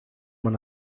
man